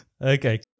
Okay